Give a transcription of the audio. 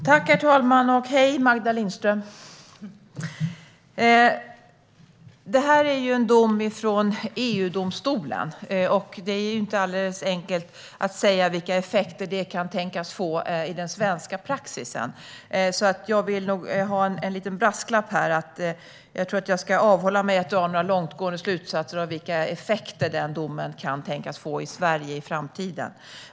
Herr talman! Hej, Märta Lindström! Det här är en dom från EU-domstolen. Det är inte alldeles enkelt att säga vilka effekter den kan tänkas få för den svenska praxisen. Jag vill nog ha en liten brasklapp här. Jag tror att jag ska avhålla mig från att dra några långtgående slutsatser om vilka effekter den domen kan tänkas få i Sverige i framtiden.